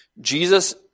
Jesus